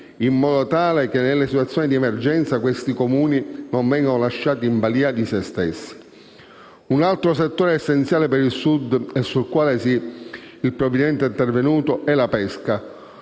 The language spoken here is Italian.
in modo tale che nelle situazioni di emergenza questi Comuni non vengano lasciati in balia di sé stessi. Un altro settore essenziale per il Sud e sul quale il provvedimento è intervenuto è la pesca.